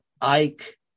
Ike